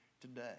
today